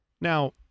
Now